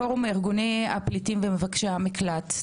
פורום ארגוני הפליטים ומבקשי המקלט.